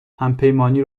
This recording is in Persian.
همپیمانی